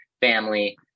family